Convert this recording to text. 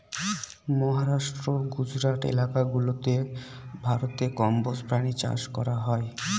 মহারাষ্ট্র, গুজরাট এলাকা গুলাতে ভারতে কম্বোজ প্রাণী চাষ করা হয়